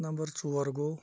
number ژور گوٚو